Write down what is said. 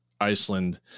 Iceland